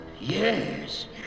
Yes